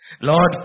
Lord